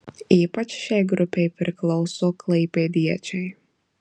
ypač šiai grupei priklauso klaipėdiečiai